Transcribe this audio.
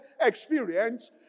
experience